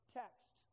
text